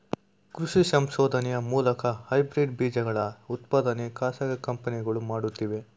ಕೃಷಿ ಸಂಶೋಧನೆಯ ಮೂಲಕ ಹೈಬ್ರಿಡ್ ಬೀಜಗಳ ಉತ್ಪಾದನೆ ಖಾಸಗಿ ಕಂಪನಿಗಳು ಮಾಡುತ್ತಿವೆ